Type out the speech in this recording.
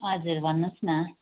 हजुर भन्नुहोस् न